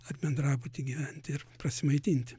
ar bendrabuty gyventi ir prasimaitinti